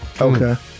Okay